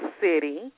City